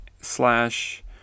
slash